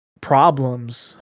problems